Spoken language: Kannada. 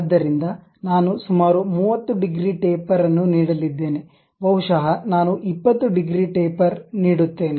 ಆದ್ದರಿಂದ ನಾನು ಸುಮಾರು 30 ಡಿಗ್ರಿ ಟೇಪರ್ ಅನ್ನು ನೀಡಲಿದ್ದೇನೆ ಬಹುಶಃ ನಾನು 20 ಡಿಗ್ರಿ ಟೇಪರ್ ನೀಡುತ್ತೇನೆ